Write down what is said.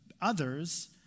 others